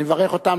אני מברך אותם.